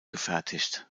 gefertigt